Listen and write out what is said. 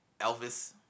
Elvis